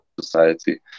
society